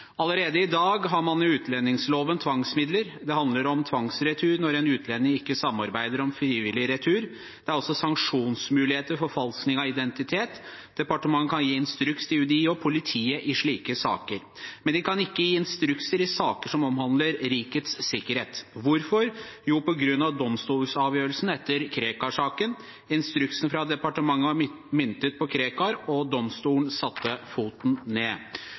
Allerede i dag har man i utlendingslovens tvangsmidler. Det handler om tvangsretur når en utlending ikke samarbeider om frivillig retur. Det er også sanksjonsmuligheter for forfalskning av identitet. Departementet kan gi instruks til UDI og politiet i slike saker. Men de kan ikke gi instrukser i saker som omhandler rikets sikkerhet. Hvorfor ikke? Det er på grunn av domstolsavgjørelsen etter Krekar-saken. Instruksen fra departementet var myntet på Krekar, og domstolen satte foten ned.